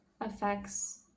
affects